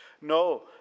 No